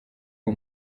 uwo